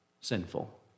sinful